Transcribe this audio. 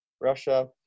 Russia